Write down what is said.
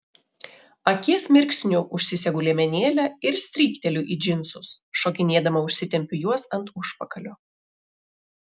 akies mirksniu užsisegu liemenėlę ir strykteliu į džinsus šokinėdama užsitempiu juos ant užpakalio